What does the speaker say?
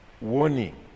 warning